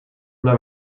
una